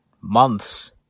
months